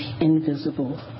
invisible